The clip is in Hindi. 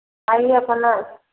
आइए अपना